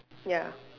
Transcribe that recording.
ya